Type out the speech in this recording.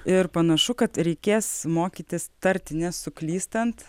ir panašu kad reikės mokytis tarti nesuklystant